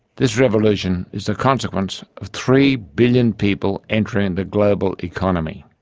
this revolution is a consequence of three billion people entering the global economy.